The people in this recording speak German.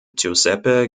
giuseppe